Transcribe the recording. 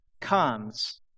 comes